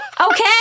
Okay